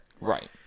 Right